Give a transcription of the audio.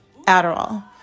Adderall